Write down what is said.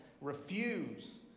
refuse